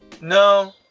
no